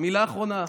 מילה אחרונה.